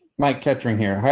mike kettering here.